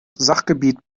sachgebiet